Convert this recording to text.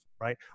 right